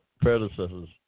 predecessors